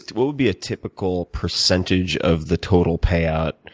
what would be a typical percentage of the total payout?